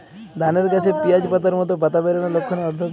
ধানের গাছে পিয়াজ পাতার মতো পাতা বেরোনোর লক্ষণের অর্থ কী?